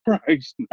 Christ